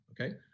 okay